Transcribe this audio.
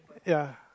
ya